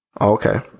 okay